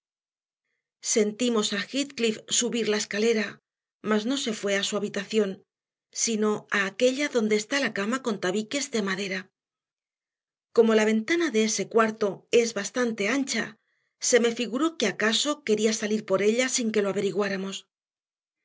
sentimos a heathcliff subir la escalera mas no se fue a su habitación sino a aquella donde está la cama con tabiques de madera como la ventana de ese cuarto es bastante ancha se me figuró que acaso quería salir por ella sin que lo averiguáramos